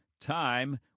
time